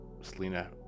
Selena